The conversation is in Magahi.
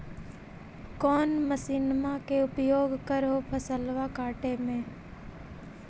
कौन मसिंनमा के उपयोग कर हो फसलबा काटबे में?